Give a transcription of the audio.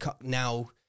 now